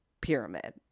pyramid